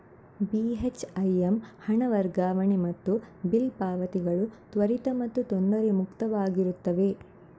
ಬಿ.ಹೆಚ್.ಐ.ಎಮ್ ಹಣ ವರ್ಗಾವಣೆ ಮತ್ತು ಬಿಲ್ ಪಾವತಿಗಳು ತ್ವರಿತ ಮತ್ತು ತೊಂದರೆ ಮುಕ್ತವಾಗಿರುತ್ತವೆ